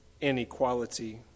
inequality